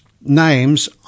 names